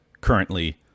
currently